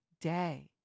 day